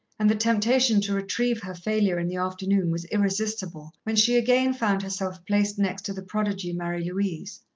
and the temptation to retrieve her failure in the afternoon was irresistible, when she again found herself placed next to the prodigy marie-louise.